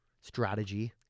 strategy